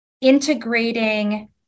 integrating